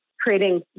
creating